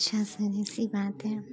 अच्छा सर ऐसी बात है